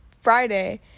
friday